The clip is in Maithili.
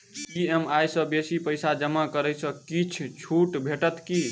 ई.एम.आई सँ बेसी पैसा जमा करै सँ किछ छुट भेटत की?